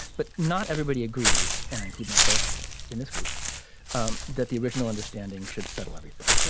but not everybody agrees. and i include myself in this group um that the original understanding should settle everything.